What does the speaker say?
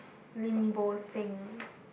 Lim Bo Seng